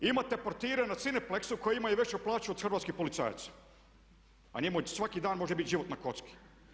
Imate portire na Cineplexu koji imaju veću plaću od hrvatskih policajaca a njemu svaki dan može biti život na kocki.